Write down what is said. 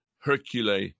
Hercule